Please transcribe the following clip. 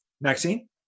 Maxine